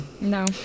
No